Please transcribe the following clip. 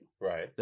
right